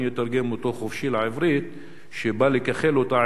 אני אתרגם אותו חופשי לעברית: בא לכחל אותה,